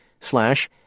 slash